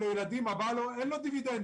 לאנשים כאלו אין דיווידנדים.